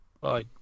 bye